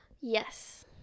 Yes